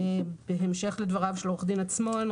בהמשך לדבריו על עורך הדין עצמון,